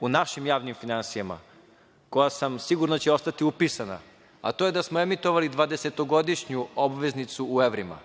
u našim javnim finansijama, koja sam, sigurno će ostati upisana, a to je da smo emitovali dvadesetogodišnju obveznicu u evrima,